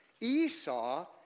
Esau